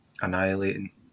annihilating